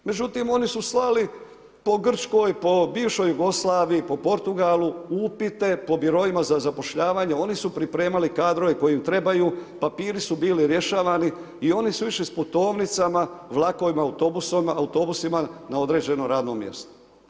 Međutim, oni su slali, po Grčkoj, po bivšoj Jugoslaviji, po Portugalu, kupite, po biroima, za zapošljavanje, oni su pripremali kadrove koji im trebaju, papiri su bili rješavani i oni su išli s putovnicama, vlakovima, autobusima, na određeno radno mjesto.